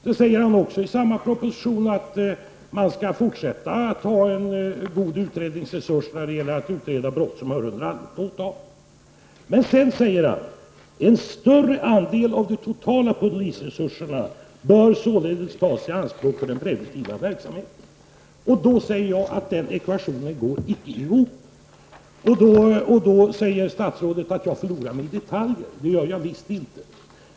I samma proposition säger också statsrådet att vi även i fortsättningen skall ha en god utredningsresurs när det gäller brott som hör under allmänt åtal. Därefter skriver statsrådet: En större andel av de totala polisresurserna bör således tas i anspråk för den preventiva verksamheten. Då säger jag att den ekvationen inte går ihop, varpå statsrådet säger att jag förlorar mig i detaljer. Det gör jag visst inte!